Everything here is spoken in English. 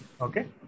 Okay